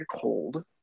cold